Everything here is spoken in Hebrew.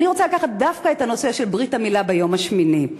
אני רוצה לקחת דווקא את הנושא של ברית המילה ביום השמיני.